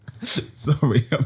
Sorry